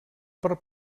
per